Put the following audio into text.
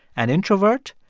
an introvert,